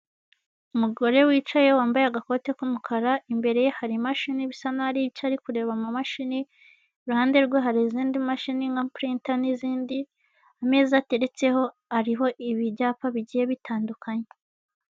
Umugore wicaye wambaye agakote k'umukara, imbere ye hari imashini bisa nkaho haricyo ari kureba mu mashini, iruhande rwe hari izindi mashini nka purinta n'izindi. Ameza ateretseho ariho ibyapa bigiye bitandukanye.